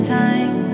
time